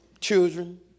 children